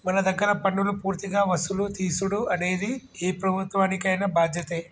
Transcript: మన దగ్గర పన్నులు పూర్తిగా వసులు తీసుడు అనేది ఏ ప్రభుత్వానికైన బాధ్యతే